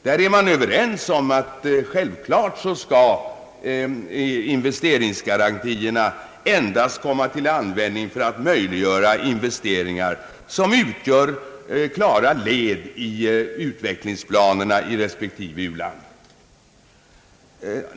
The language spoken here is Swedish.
Där är man överens om att investeringsgarantierna endast skall komma till användning för att möjliggöra investeringar som utgör klara led i utvecklingsplanerna i respektive u-land.